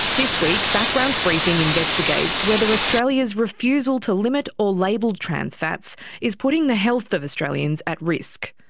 this week background briefing investigates whether australia's refusal to limit or label trans fats is putting the health of australians at risk.